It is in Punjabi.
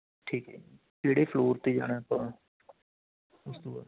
ਠੀਕ ਹੈ ਕਿਹੜੇ ਫਲੋਰ 'ਤੇ ਜਾਣਾ ਆਪਾਂ ਉਸ ਤੋਂ ਬਾਅਦ